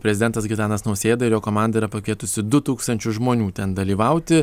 prezidentas gitanas nausėda ir jo komanda yra pakvietusi du tūkstančius žmonių ten dalyvauti